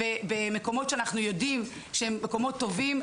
במקומות שאנחנו יודעים שהם מקומות טובים,